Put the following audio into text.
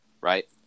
Right